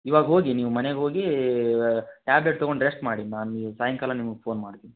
ಇವಾಗ ಹೋಗಿ ನೀವು ಮನೆಗೆ ಹೋಗಿ ಟ್ಯಾಬ್ಲೆಟ್ ತೊಗೊಂಡು ರೆಶ್ಟ್ ಮಾಡಿ ನಾನು ಸಾಯಂಕಾಲ ನಿಮಗೆ ಫೋನ್ ಮಾಡ್ತೀನಿ